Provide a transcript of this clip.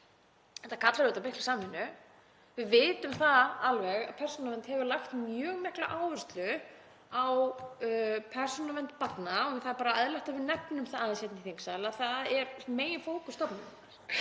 Þetta kallar á mikla samvinnu. Við vitum alveg að Persónuvernd hefur lagt mjög mikla áherslu á persónuvernd barna og það er bara eðlilegt að við nefnum það aðeins hérna í þingsal. Það er meginfókus